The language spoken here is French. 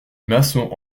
maçons